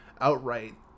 outright